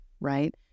right